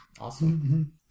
Awesome